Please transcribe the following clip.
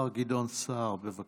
השר גדעון סער, בבקשה.